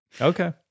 Okay